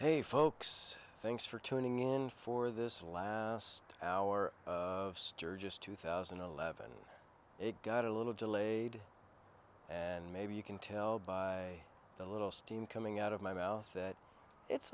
hey folks thanks for tuning in for this last hour of sturgis two thousand and eleven it got a little delayed and maybe you can tell by the little steam coming out of my mouth that it's